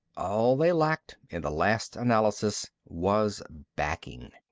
all they lacked, in the last analysis, was backing.